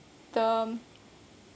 them